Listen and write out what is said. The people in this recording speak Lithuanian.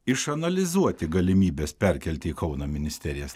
išanalizuoti galimybės perkelti į kauną ministerijas